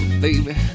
Baby